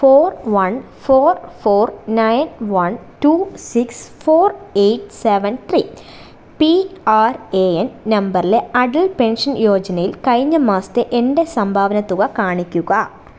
four one four four nine one two six four eight seven three P R A N നമ്പറിലെ Atal pension യോജനയിൽ കഴിഞ്ഞമാസത്തെ എൻ്റെ സംഭാവനത്തുക കാണിക്കുക